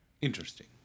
Interesting